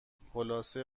خلاصه